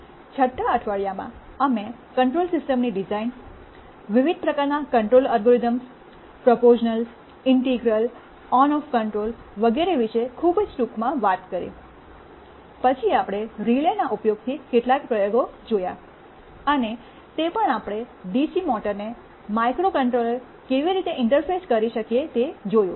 છઠ્ઠા અઠવાડિયામાં અમે કંટ્રોલ સિસ્ટમ્સની ડિઝાઈન વિવિધ પ્રકારનાં control algorithms proportional integral on off control વગેરે વિશે ખૂબ ટૂંકમાં વાત કરી પછી આપણે રિલેના ઉપયોગથી કેટલાક પ્રયોગો જોયા અને તે પણ આપણે ડીસી મોટરને માઇક્રોકન્ટ્રોલરકેવી રીતે ઇન્ટરફેસ કરી શકીએ તે જોયું